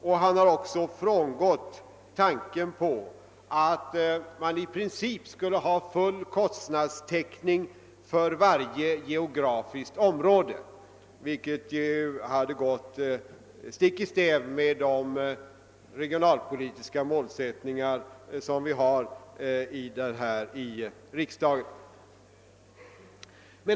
Dessutom har han frångått tanken på att man i princip skulle ha full kostnadstäckning för varje geografiskt område, vilket ju hade gått stick i stäv mot de regionalpolitiska målsättningar som vi har här i riksdagen.